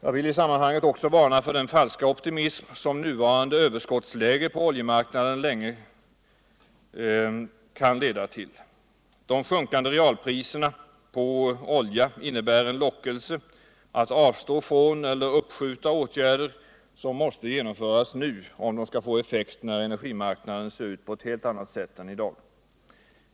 Jag vill i sammanhanget också varna för den falska optimism som nuvarande överskottsläge på oljemarknaden kan leda till. De sjunkande realpriserna på olja innebär en lockelse att avstå från eller uppskjuta åtgärder som måste genomföras nu om de skall få effekt när energimarknaden ser ut på ett helt annat sätt än i dag.